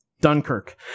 dunkirk